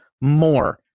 more